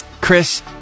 Chris